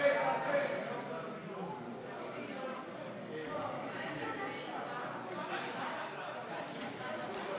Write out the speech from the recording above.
עיכוב או הגבלה של שירות שיחות אל מוקדי חירום),